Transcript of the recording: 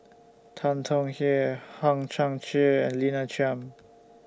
Tan Tong Hye Hang Chang Chieh Lina Chiam